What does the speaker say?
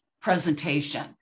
presentation